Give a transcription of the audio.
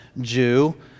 Jew